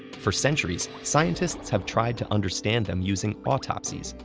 for centuries, scientists have tried to understand them using autopsies,